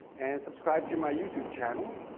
and subscribe to my youtube channel,